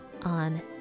on